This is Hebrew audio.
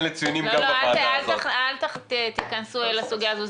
אל תיכנסו לסוגיה הזו.